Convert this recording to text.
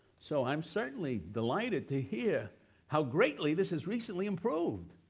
so i am certainly delighted to hear how greatly this has recently improved.